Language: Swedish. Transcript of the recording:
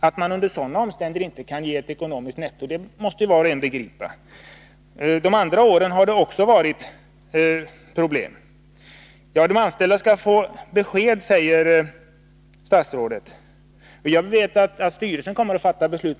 Att man under sådana omständigheter inte får ett ekonomiskt överskott måste var och en begripa. De båda andra åren har det också varit problem. De anställda skall få besked, säger statsrådet. Jag vet att styrelsen kommer att fatta beslut.